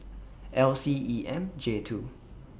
L C E M J rwo